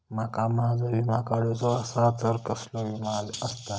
माका माझो विमा काडुचो असा तर कसलो विमा आस्ता?